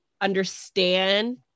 understand